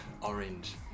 Orange